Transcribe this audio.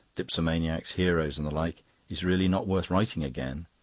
dipsomaniacs, heroes, and the like is really not worth writing again.